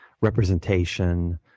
representation